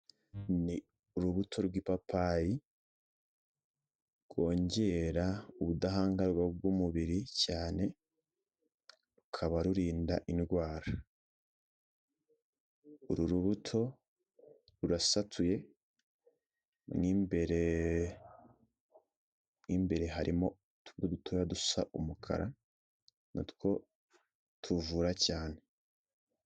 Ni urubuto rw'ipapayi rwongera ubudahangarwa bw'umubiri cyane rukaba rurinda indwara. Uru buto rurasatuye mw'ibere harimo utubuto dutoya dusa umukara natwo tuvura cyane.